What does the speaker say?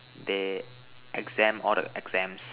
they exempt all the exams